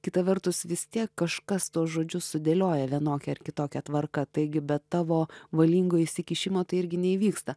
kita vertus vis tiek kažkas tuos žodžius sudėlioja vienokia ar kitokia tvarka taigi be tavo valingo įsikišimo tai irgi neįvyksta